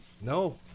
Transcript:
No